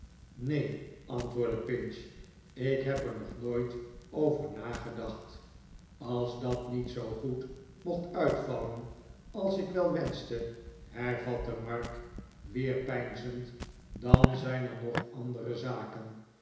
neen antwoordde pinch ik heb er nog nooit over nagedacht als dat niet zoo goed mocht uitvallen als ik wel wenschte hervatte mark weer peinzend dan zijn er nog andere zaken